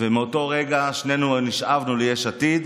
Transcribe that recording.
ומאותו רגע שנינו נשאבנו ליש עתיד,